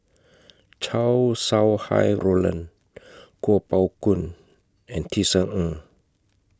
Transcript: Chow Sau Hai Roland Kuo Pao Kun and Tisa Ng